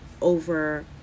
over